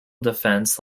defence